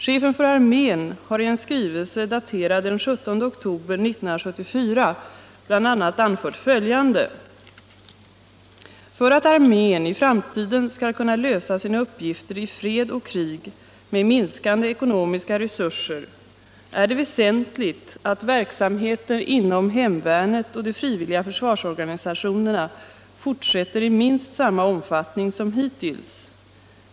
Chefen för armén har i en skrivelse daterad den 17 oktober 1974 bl.a. anfört följande: ”För att armén i framtiden skall kunna lösa sina uppgifter i fred och krig med minskande ekonomiska resurser är det väsentligt att verksamheten inom hemvärnet och de frivilliga försvarsorganisationerna fortsätter i minst samma omfattning som hittills.